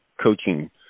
coaching